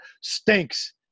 stinks